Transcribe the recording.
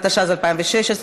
התשע"ז 2016,